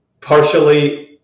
partially